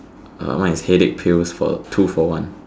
uh mine is headache pills for two for one